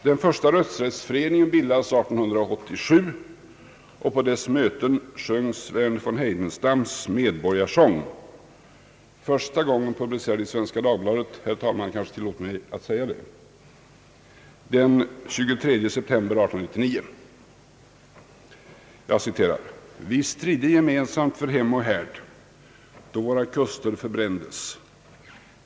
Den första rösträttsföreningen bildades 1887, och på dess möten sjöngs Verner von Heidenstams Medborgarsång, «första gången publicerad i Svenska Dagbladet — herr talmannen kanske tillåter mig att nämna det — den 23 september 1899: » Vi stridde gemensamt för hem och då våra kuster förbrändes.